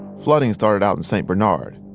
flooding started out in st. bernard,